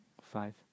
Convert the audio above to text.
five